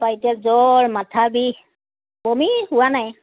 তাৰপা এতিয়া জ্বৰ মাথা বিষ বমি হোৱা নাই